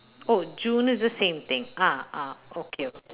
oh june is the same thing ah ah okay okay